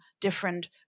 different